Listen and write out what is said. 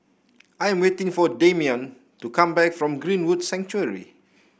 I am waiting for Dameon to come back from Greenwood Sanctuary